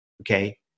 okay